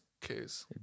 Case